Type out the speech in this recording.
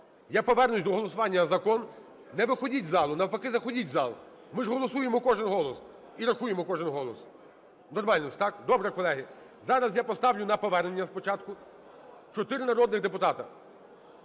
Я повернусь до голосування за закон. Не виходіть із залу, навпаки, заходіть у зал, ми ж голосуємо, кожний голос, і рахуємо кожний голос. Нормально все, так? Добре, колеги, зараз я поставлю на повернення спочатку. Чотири народних депутати.